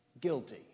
Guilty